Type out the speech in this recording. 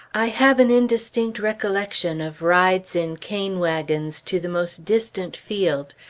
i have an indistinct recollection of rides in cane-wagons to the most distant field,